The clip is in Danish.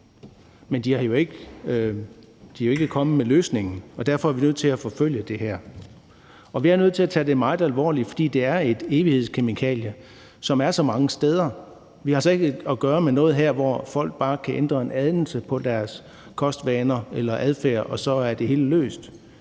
men de er jo ikke kommet med løsningen, og derfor er vi nødt til at forfølge det her. Vi er nødt til at tage det meget alvorligt, fordi det er et evighedskemikalie, som er så mange steder. Vi har altså ikke at gøre med noget her, hvor folk bare kan ændre en anelse på deres kostvaner eller adfærd, og så er det hele løst.